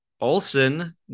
Olson